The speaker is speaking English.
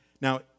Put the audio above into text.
Now